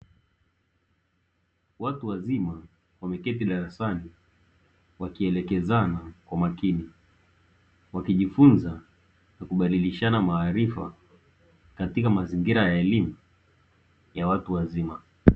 Watu wazima wameketi darasani wakielekezana kwa makini, wakijifunza na kubadilishana maarifa katika mazingira ya elimu ya watu wazima.